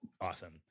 Awesome